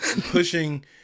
pushing